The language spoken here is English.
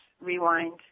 rewind